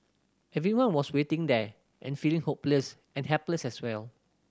everyone was waiting there and feeling hopeless and helpless as well